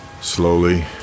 Slowly